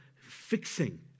fixing